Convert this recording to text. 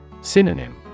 Synonym